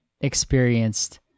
experienced